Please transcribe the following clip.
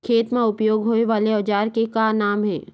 खेत मा उपयोग होए वाले औजार के का नाम हे?